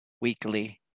weekly